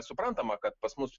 suprantama kad pas mus